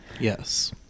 Yes